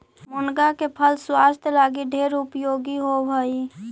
मुनगा के फल स्वास्थ्य लागी ढेर उपयोगी होब हई